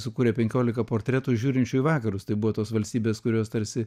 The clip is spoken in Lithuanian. sukūrė penkiolika portretų žiūrinčių į vakarus tai buvo tos valstybės kurios tarsi